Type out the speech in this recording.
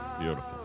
Beautiful